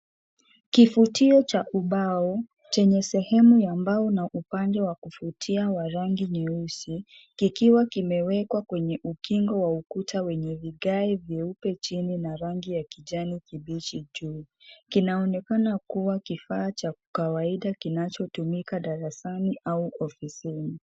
Kifutio cha ubao, chenye sehemu ya mbao na upande wa kufutia wa rangi nyeusi. Kikiwa kimewekwa kwenye ukingo wa ukuta wenye vigae vyeupe chini na rangi ya kijani kibichi juu. Kinaonekana kuwa, kifaa cha kawaida kinachotumika darasani au ofisini.